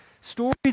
stories